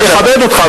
אני אכבד אותך,